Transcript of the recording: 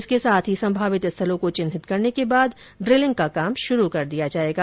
इसके साथ ही संभावित स्थलों को चिन्हित करने के बाद ड्रिलिंग का काम शुरू किया जाएगा